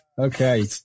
Okay